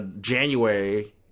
January